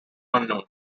unknown